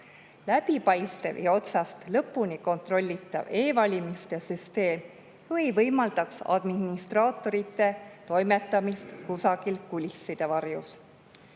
Läbipaistev ja otsast lõpuni kontrollitav e‑valimiste süsteem ei võimaldaks administraatorite toimetamist kusagil kulisside varjus.